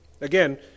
Again